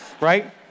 right